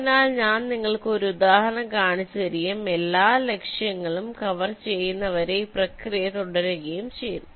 അതിനാൽ ഞാൻ നിങ്ങൾക്ക് ഒരു ഉദാഹരണം കാണിച്ചുതരുകയും എല്ലാ ലക്ഷ്യങ്ങളും കവർ ചെയ്യുന്നതുവരെ ഈ പ്രക്രിയ തുടരുകയും ചെയ്യും